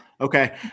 okay